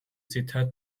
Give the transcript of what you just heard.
ძირითადად